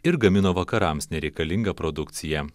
ir gamino vakarams nereikalingą produkciją